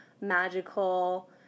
magical